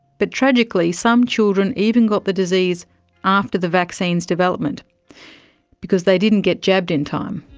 but tragically some children even got the disease after the vaccine's development because they didn't get jabbed in time.